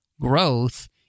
growth